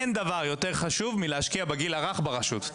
שאין דבר חשוב יותר מלהשקיע בגיל הרך ברשות.